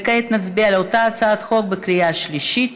כעת נצביע על אותה הצעת חוק בקריאה השלישית.